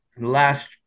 last